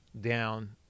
down